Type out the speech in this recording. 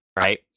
Right